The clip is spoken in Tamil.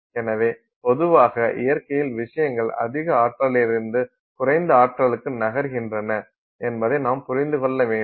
எனவே பொதுவாக இயற்கையில் விஷயங்கள் அதிக ஆற்றலிலிருந்து குறைந்த ஆற்றலுக்கு நகர்கின்றன என்பதை நாம் புரிந்துகொள்ள வேண்டும்